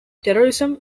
terrorism